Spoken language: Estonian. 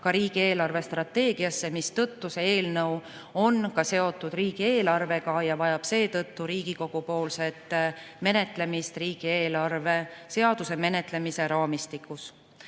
ka riigi eelarvestrateegiasse, mistõttu see eelnõu on seotud riigieelarvega ja vajab Riigikogu-poolset menetlemist riigieelarve seaduse menetlemise raamistikus.